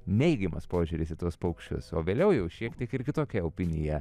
neigiamas požiūris į tuos paukščius o vėliau jau šiek tiek ir kitokia opinija